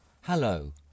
Hello